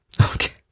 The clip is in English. Okay